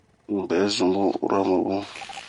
Un bɛ zun bun ura ma bunh.